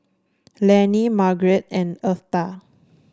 Lannie Margrett and Eartha